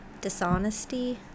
dishonesty